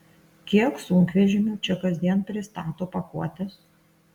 kiek sunkvežimių čia kasdien pristato pakuotes